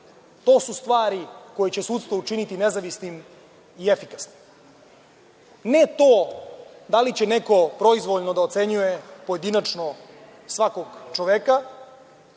To su stvari koje će sudstvo učiniti nezavisnim i efikasnim. Ne to da li će neko proizvoljno da ocenjuje pojedinačno svakog čoveka,